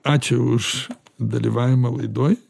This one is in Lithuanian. ačiū už dalyvavimą laidoj